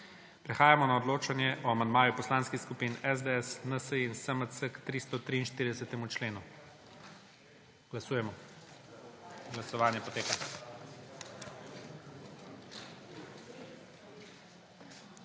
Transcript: Prehajamo na odločanje o amandmaju Poslanskih skupin SDS, NSi in SMC k 343. členu. Glasujemo. Navzočih